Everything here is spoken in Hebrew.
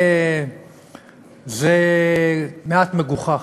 זה מעט מגוחך.